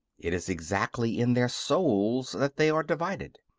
it is exactly in their souls that they are divided.